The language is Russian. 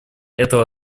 этого